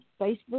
Facebook